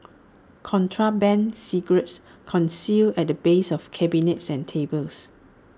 contraband cigarettes concealed at the base of cabinets and tables